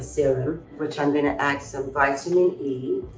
serum, which i'm going to add some vitamin e.